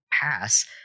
pass